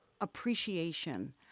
appreciation